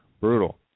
Brutal